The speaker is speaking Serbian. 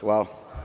Hvala.